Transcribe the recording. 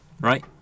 Right